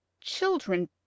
children